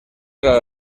era